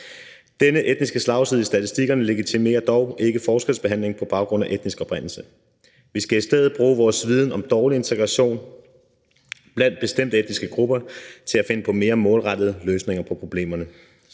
Denne etniske slagside i statistikkerne legitimerer dog ikke forskelsbehandling på baggrund af etnisk oprindelse. Vi skal i stedet bruge vores viden om dårlig integration blandt bestemte etniske grupper til at finde på mere målrettede løsninger på problemerne.